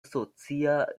socia